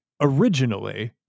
originally